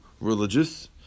religious